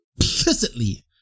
implicitly